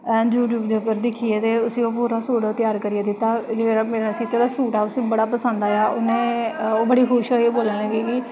U tube दे उप्पर दिक्खियै उस ओह् सूट पूरा त्यार करियै दित्ता ते उस्सी सूट बड़ा पसंद आया ते में बड़ी खुश होई मतलब कि